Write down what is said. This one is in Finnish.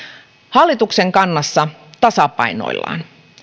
hallituksen kannassa tasapainoillaan